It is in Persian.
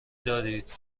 دارید